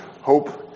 hope